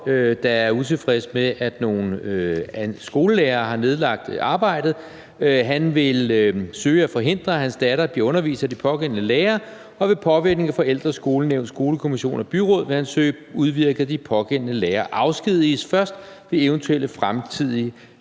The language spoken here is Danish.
der er utilfreds med, at nogle skolelærere har nedlagt arbejdet. Han vil søge at forhindre, at hans datter bliver undervist af de pågældende lærere, og ved påvirkning af forældre, skolenævn, skolekommission og byråd vil han søge udvirket, at de pågældende lærere afskediges først ved eventuelle fremtidige